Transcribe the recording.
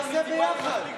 נעשה ביחד.